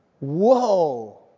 Whoa